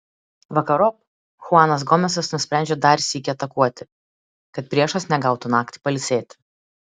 vakarop chuanas gomesas nusprendžia dar sykį atakuoti kad priešas negautų naktį pailsėti